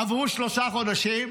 עברו שלושה חודשים,